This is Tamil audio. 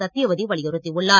சத்யவதி வலியுறுத்தியுள்ளார்